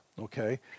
okay